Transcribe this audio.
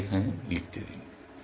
আমাকে এখানে লিখতে দিন